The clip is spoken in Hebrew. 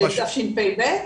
לתשפ"ב?